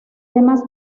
demás